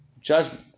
Judgment